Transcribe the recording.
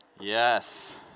Yes